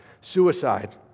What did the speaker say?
suicide